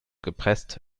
gepresst